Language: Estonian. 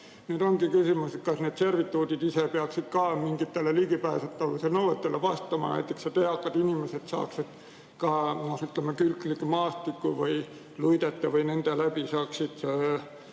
Nüüd ongi küsimus, kas need servituudid ise peaksid ka mingitele ligipääsetavuse nõuetele vastama. Näiteks et eakad inimesed saaksid ka künklikust maastikust või luidetest läbi.